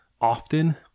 often